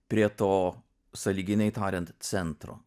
prie to sąlyginai tariant centro